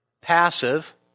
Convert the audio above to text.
Passive